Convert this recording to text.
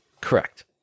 Correct